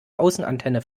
außenantenne